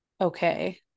okay